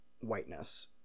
whiteness